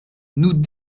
nous